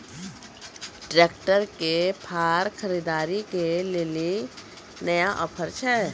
Tractor के फार खरीदारी के लिए नया ऑफर छ?